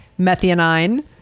methionine